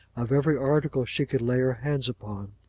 of every article she could lay her hands upon.